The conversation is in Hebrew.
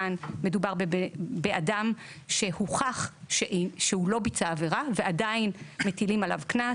כאן מדובר באדם שהוכח שהוא לא ביצע עבירה ועדיין מטילים עליו קנס.